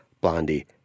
Blondie